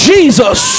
Jesus